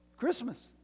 christmas